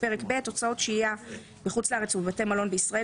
"פרק ב': הוצאות שהיה בחוץ לארץ ובבתי מלון בישראל,